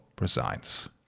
resigns